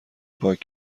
پاک